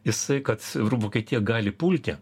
jisai kad vokietija gali pulti